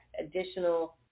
additional